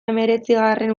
hemeretzigarren